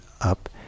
up